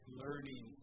learning